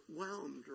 overwhelmed